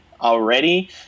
already